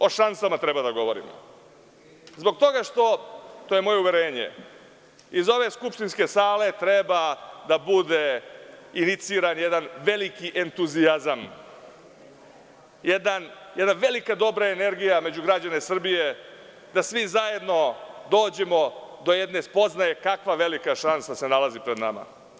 O šansama treba da govorimo zbog toga što, to je moje uverenje, iz ove skupštinske sale treba da bude iniciran jedan veliki entuzijazam, jedna velika dobra energija među građane Srbije, da svi zajedno dođemo do jedne spoznaje kakva se velika šansa nalazi pred nama.